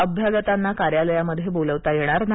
अभ्यागतांना कार्यालयामध्ये बोलवता येणार नाही